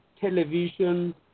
television